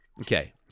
Okay